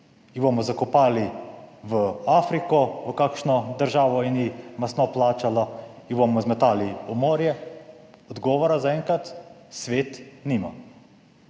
Jih bomo zakopali v Afriko, v kakšno državo in ji masno plačali? Jih bomo zmetali v morje? Odgovora zaenkrat svet nima.